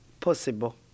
possible